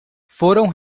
foram